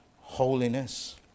holiness